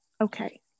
Okay